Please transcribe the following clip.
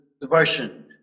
devotion